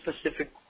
specific